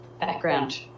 background